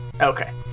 Okay